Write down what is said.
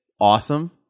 awesome